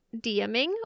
DMing